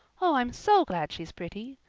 oh, i'm so glad she's pretty.